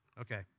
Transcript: Okay